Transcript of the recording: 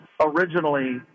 originally